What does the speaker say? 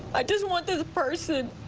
i just want this person